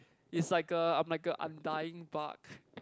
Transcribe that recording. it's like a I'm like a undying bug